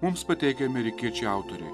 mums pateikia amerikiečiai autoriai